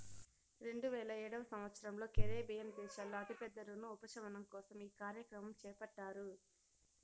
రెండువేల ఏడవ సంవచ్చరంలో కరేబియన్ దేశాల్లో అతి పెద్ద రుణ ఉపశమనం కోసం ఈ కార్యక్రమం చేపట్టారు